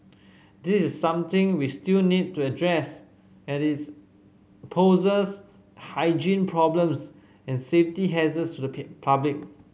this is something we still need to address at is poses hygiene problems and safety hazards to the public